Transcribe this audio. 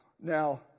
Now